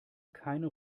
keine